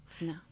no